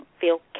feel